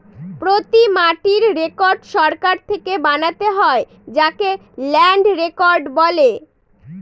প্রতি মাটির রেকর্ড সরকার থেকে বানাতে হয় যাকে ল্যান্ড রেকর্ড বলে